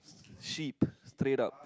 sheep straight up